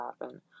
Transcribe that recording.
happen